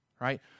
right